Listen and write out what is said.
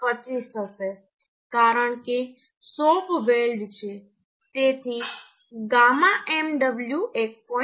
25 હશે કારણ કે શોપ વેલ્ડ છે તેથી γ mw 1